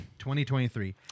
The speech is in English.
2023